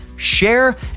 share